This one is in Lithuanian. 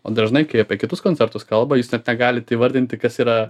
o dažnai kai apie kitus koncertus kalba jūs net negalit įvardinti kas yra